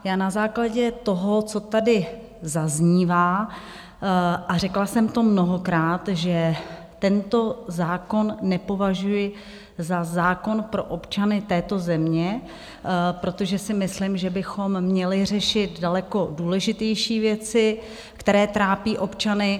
Já na základě toho, co tady zaznívá, a řekla jsem to mnohokrát, že tento zákon nepovažuji za zákon pro občany této země, protože si myslím, že bychom měli řešit daleko důležitější věci, které trápí občany.